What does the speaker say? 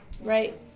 Right